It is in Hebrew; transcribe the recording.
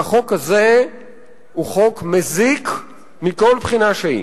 והחוק הזה הוא חוק מזיק מכל בחינה שהיא.